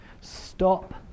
Stop